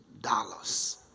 dollars